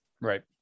Right